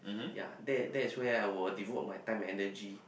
yea that that is ways I would devote my time energy